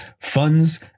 funds